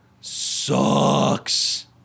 sucks